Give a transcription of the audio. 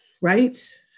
right